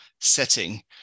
setting